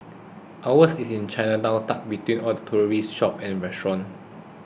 ours is in Chinatown tucked between all the touristy shops and restaurants